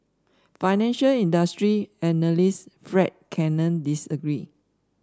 financial industry analyst Fred Cannon disagreed